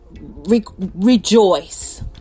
rejoice